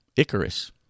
Icarus